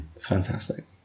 Fantastic